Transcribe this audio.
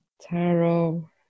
Tarot